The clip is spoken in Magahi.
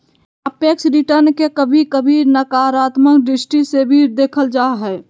सापेक्ष रिटर्न के कभी कभी नकारात्मक दृष्टि से भी देखल जा हय